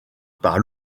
par